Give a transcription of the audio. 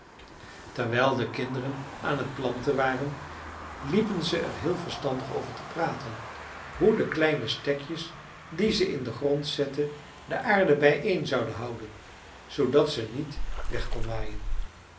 terwijl de kinderen aan het planten waren liepen ze er heel verstandig over te praten hoe de kleine stekjes die ze in den grond zetten de aarde bijeen zouden houden zoodat ze niet weg kon waaien